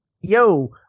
yo